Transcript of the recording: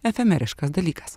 efemeriškas dalykas